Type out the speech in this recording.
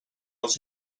els